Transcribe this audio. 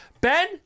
Ben